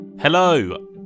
Hello